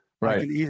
Right